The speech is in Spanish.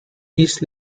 east